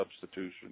substitution